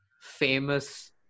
famous